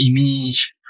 image